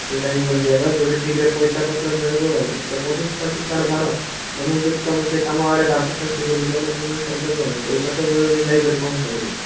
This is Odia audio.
ସେଇଟା ହିଁ ଗୋଟେ ଜାଗା ଯଉଠି ଠିକ୍ ରେ ପଇସାପତ୍ର ମିଳିବ ଆଉ ପଚିଶ ଛବିଶ ଆଡ଼େ ବାହାର ତମକୁ ଯଦି ତମ ସେ କାମ ଆଡ଼େ ଡ଼ାକୁଛନ୍ତି ବୋଲି କହିଲେ ମନା କରିଦେବ ଆଉ ପଇସା ତ ମିଳୁନି ଯାଇକରି କଣ କରିବ